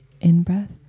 in-breath